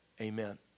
amen